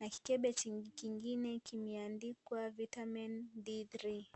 ,na kikebe kingine kimeandikwa vitamin D3 .